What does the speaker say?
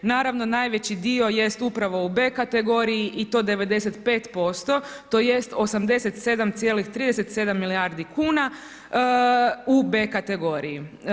Naravno najveći dio jest upravo u B kategoriji i 95%, tj. 87,37 milijardi kuna u B kategoriji.